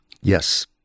Yes